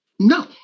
No